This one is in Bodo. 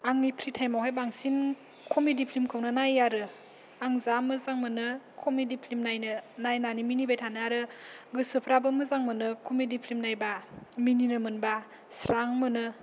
आंनि फ्रि टाइमावहाय बांसिन कमेदि फ्लिमखौनो नायो आरो आं जा मोजां मोनो कमेदि फ्लिम नायनो नायनानै मिनिबाय थानो आरो गोसोफ्राबो मोजां मोनो कमेदि फ्लिम नायबा मिनिनो मोनबा स्रां मोनो